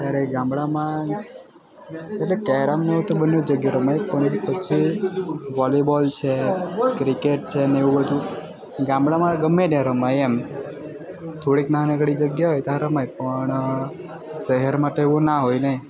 અત્યારે ગામડામાં એટલે કેરમ ને એવું તો બંને જગ્યાએ રમાય પણ પછી વોલીબોલ છે ક્રિકેટ છે ને એવું બધુ ગામડામાં ગમે ત્યાં રમાય એમ થોડીક નાનકડી જગ્યા હોય ત્યાં રમાય પણ શહેરમાં તો એવું ના હોય ને